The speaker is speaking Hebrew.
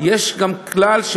יש גם כלל,